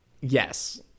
yes